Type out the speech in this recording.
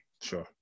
Sure